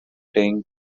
playing